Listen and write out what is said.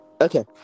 Okay